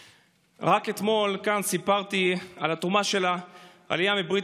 רק אתמול סיפרתי כאן על התרומה של העלייה מברית